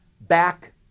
back